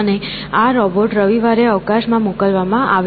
અને આ રોબોટ રવિવારે અવકાશમાં મોકલવામાં આવ્યો છે